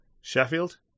Sheffield